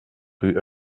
rue